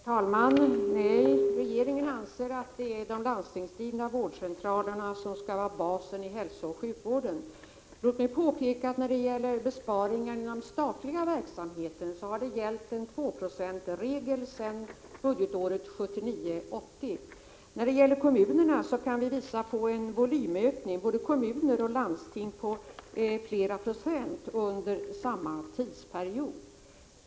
Herr talman! Nej, regeringen anser att det är de landstingsdrivna vårdcentralerna som skall utgöra basen i hälsooch sjukvården. Låt mig påpeka att när det gäller besparingar inom den statliga verksamheten har en 2-procentsregel gällt sedan budgetåret 1979/80. Beträffande både kommuner och landsting kan vi visa på en volymökning på flera procent under samma tidsperiod.